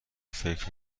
فکر